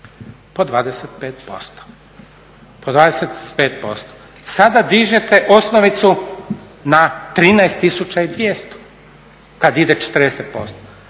Po 25%. Sada dižete osnovicu na 13200 kad ide 40%.